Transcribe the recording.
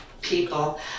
people